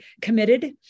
committed